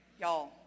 Y'all